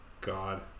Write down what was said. God